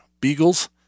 beagles